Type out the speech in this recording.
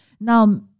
Now